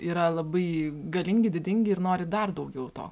yra labai galingi didingi ir nori dar daugiau to